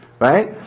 Right